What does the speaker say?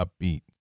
upbeat